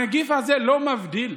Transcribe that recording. הנגיף הזה לא מבדיל,